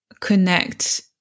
connect